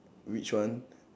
which one